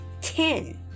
ten